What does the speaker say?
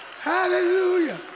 Hallelujah